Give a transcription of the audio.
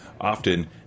often